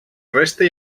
resta